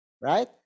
right